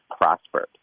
prospered